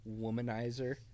womanizer